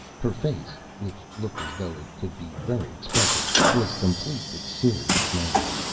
her face which looked as though it could be very expressive was completely serious now.